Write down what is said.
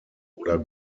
oder